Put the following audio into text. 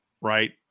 right